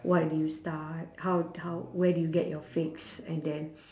why did you start how how where do you get your fix and then